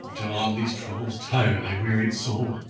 john, these troubles tire thy wearied soul.